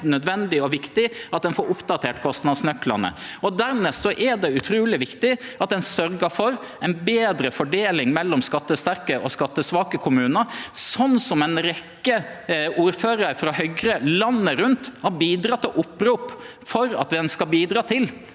heilt nødvendig og viktig at ein får oppdatert kostnadsnøklane. Dermed er det utruleg viktig at ein sørgjer for ei betre fordeling mellom skattesterke og skattesvake kommunar, sånn som ein rekkje ordførarar frå Høgre landet rundt har bidrege til opprop om at ein skal bidra til.